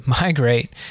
migrate